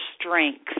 strength